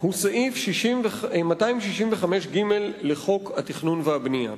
הוא סעיף 266ג לחוק התכנון והבנייה.